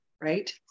Right